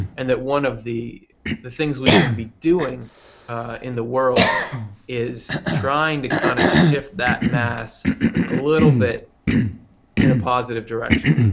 and one of the the things we can be doing in the world is trying to kind of shift that mass a little bit in a positive direction.